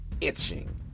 itching